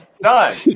done